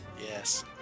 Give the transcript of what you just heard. yes